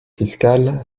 fiscal